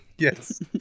Yes